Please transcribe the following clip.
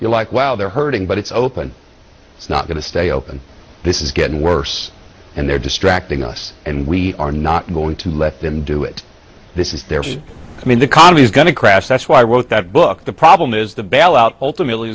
you're like well they're hurting but it's open it's not going to stay open this is getting worse and they're distracting us and we are not going to let them do it this is their i mean the economy is going to crash that's why i wrote that book the problem is the bailout ultimately